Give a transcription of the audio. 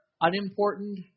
unimportant